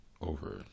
over